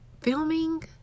filming